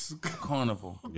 carnival